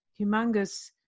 humongous